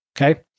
Okay